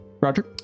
Roger